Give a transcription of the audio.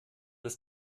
ist